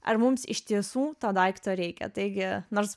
ar mums iš tiesų to daikto reikia taigi nors